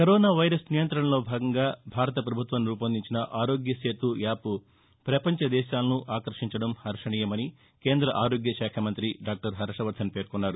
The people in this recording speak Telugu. కరోనా వైరస్ నియంతణలో భాగంగా భారత పభుత్వం రూపొందించిన ఆరోగ్య సేతు యాప్ పపంచ దేశాలను ఆకర్టించడం హర్టణీయమని కేంద్ర ఆరోగ్యశాఖ మంతి డాక్టర్ హర్ట వర్గన్ పేర్కొన్నారు